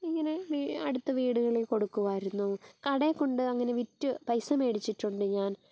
ഇങ്ങനെ അടുത്ത വീടുകളിൽ കൊടുക്കുമായിരുന്നു കടയിൽ കൊണ്ട് അങ്ങനെ വിറ്റ് പൈസ മേടിച്ചിട്ടുണ്ട് ഞാൻ